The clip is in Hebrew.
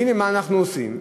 והנה, מה אנחנו עושים?